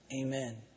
Amen